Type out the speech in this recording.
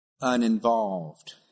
uninvolved